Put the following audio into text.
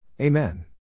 Amen